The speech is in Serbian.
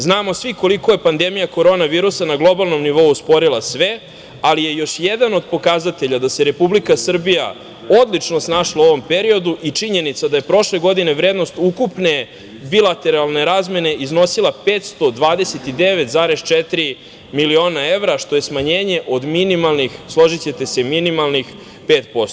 Znamo svi koliko je pandemija korona virusa na globalnom nivou usporila sve, ali je još jedan od pokazatelja da se Republika Srbija odlična snašla u ovom periodu i činjenica da je prošle godine vrednost ukupne bilateralne razmene iznosila 529,4 miliona evra, što je smanjenje od minimalnih 5%